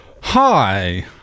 Hi